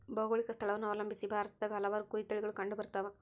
ಭೌಗೋಳಿಕ ಸ್ಥಳವನ್ನು ಅವಲಂಬಿಸಿ ಭಾರತದಾಗ ಹಲವಾರು ಕುರಿ ತಳಿಗಳು ಕಂಡುಬರ್ತವ